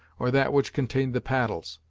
or that which contained the paddles.